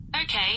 Okay